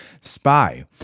spy